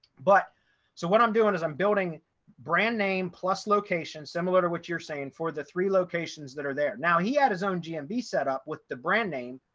but so what i'm doing is i'm building brand name plus location similar to what you're saying for the three locations that are there. now he had his own gmp setup with the brand name,